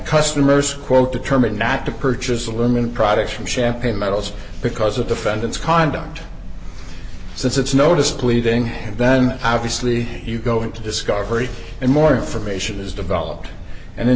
customers quote determined not to purchase aluminum products from champagne metals because of defendants conduct since its notice pleading and then obviously you go into discovery and more information is developed and